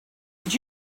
did